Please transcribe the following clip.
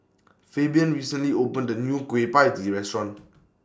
Fabian recently opened A New Kueh PIE Tee Restaurant